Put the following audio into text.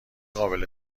قابل